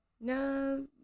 No